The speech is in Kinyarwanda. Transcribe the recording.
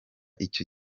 icyo